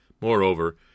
Moreover